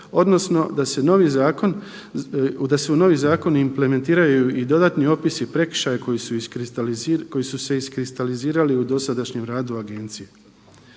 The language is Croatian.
odnosno da se u novi zakon implementiraju i dodatni opisi i prekršaji koji su se iskristalizirali u dosadašnjem radu agencije.